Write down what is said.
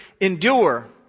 endure